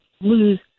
lose